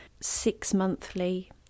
six-monthly